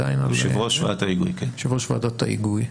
יושב ראש ועדת ההיגוי,